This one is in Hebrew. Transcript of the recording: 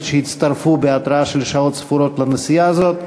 שהצטרפו בהתרעה של שעות ספורות לנסיעה הזאת.